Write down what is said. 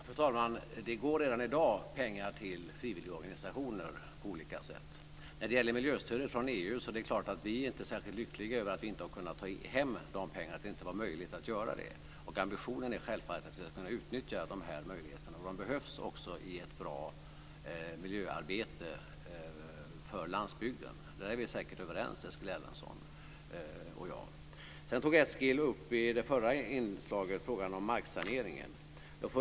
Fru talman! Det går redan i dag pengar till frivilligorganisationer på olika sätt. När det gäller miljöstödet från EU är det klart att vi inte är särskilt lyckliga för att det inte var möjligt att ta hem dessa pengar. Ambitionen är självfallet är att vi ska kunna utnyttja den möjligheten. Pengarna behövs också i ett bra miljöarbete för landsbygden. Där är vi säkert överens, Eskil Erlandsson och jag. Sedan tog Eskil Erlandsson upp frågan om marksanering i sitt förra inlägg.